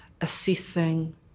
assessing